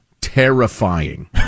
Terrifying